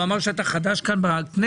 הוא אמר שאתה חדש בכנסת.